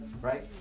Right